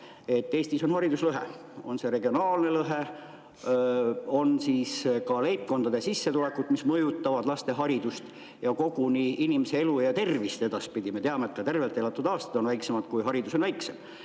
Eestis on hariduslõhe. On regionaalne lõhe, on ka [erinevad] leibkondade sissetulekud, mis mõjutavad laste haridust ja koguni inimeste elu ja tervist edaspidi. Me teame, et ka tervelt elatud aastate arv on väiksem, kui haridus on madalam.